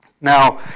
Now